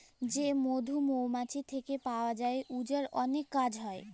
যে মধু মমাছি থ্যাইকে পাউয়া যায় উয়ার অলেক কাজ হ্যয়